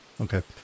Okay